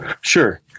Sure